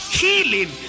healing